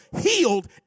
healed